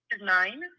nine